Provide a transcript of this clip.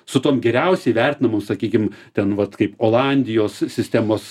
su tom geriausiai vertinamom sakykim ten vat kaip olandijos sistemos